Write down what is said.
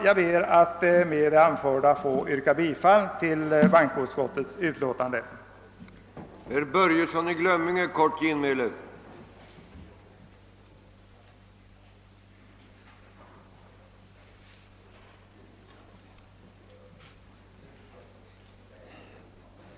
Jag ber att få yrka bifall till bankoutskottets hemställan i dess utlåtande nr 10.